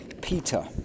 Peter